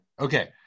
Okay